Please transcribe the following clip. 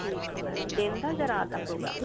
ਠੀਕ ਹੈ ਮੈਮ ਦਿਨ ਦਾ ਜਾਂ ਰਾਤ ਦਾ ਪ੍ਰੋਗਰਾਮ